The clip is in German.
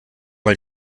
mal